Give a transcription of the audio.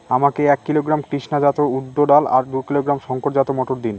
আমাকে এক কিলোগ্রাম কৃষ্ণা জাত উর্দ ডাল আর দু কিলোগ্রাম শঙ্কর জাত মোটর দিন?